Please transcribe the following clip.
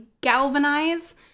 galvanize